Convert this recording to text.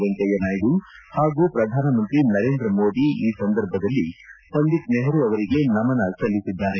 ವೆಂಕಯ್ಯ ನಾಯ್ದು ಹಾಗೂ ಪ್ರಧಾನಮಂತ್ರಿ ನರೇಂದ್ರ ಮೋದಿ ಈ ಸಂದರ್ಭದಲ್ಲಿ ಪಂಡಿತ್ ನೆಹರು ಅವರಿಗೆ ನಮನ ಸಲ್ಲಿಸಿದ್ದಾರೆ